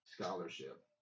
scholarship